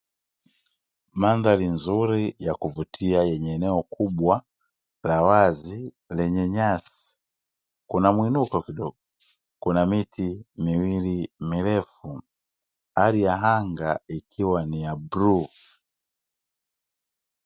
Mandhari nzuri ya kuvutia yenye eneo kubwa la wazi lenye nyasi, kuna muinuko kidogo, kuna miti miwili mirefu, hali ya anga ikiwa ni ya bluu.